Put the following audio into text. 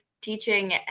teaching